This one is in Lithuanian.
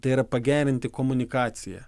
tai yra pagerinti komunikaciją